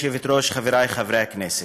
גברתי היושבת-ראש, חברי חברי הכנסת,